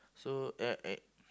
so ya uh